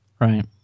right